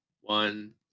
one